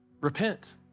repent